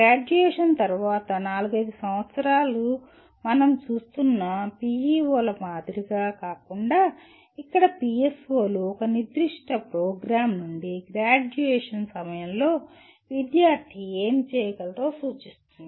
graduation తర్వాత నాలుగైదు సంవత్సరాలు మనం చూస్తున్న పిఇఓల మాదిరిగా కాకుండా ఇక్కడ పిఎస్ఓలు ఒక నిర్దిష్ట ప్రోగ్రామ్ నుండి గ్రాడ్యుయేషన్ సమయంలో విద్యార్థి ఏమి చేయగలరో సూచిస్తారు